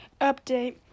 update